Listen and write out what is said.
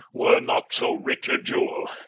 were not so rich a jewel.